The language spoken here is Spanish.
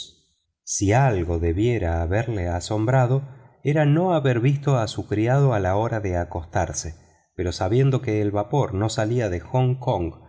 si algo debiera haberlo asombrado era no haber visto a su criado a la hora de acostarse pero sabiendo que el vapor no salía de hong kong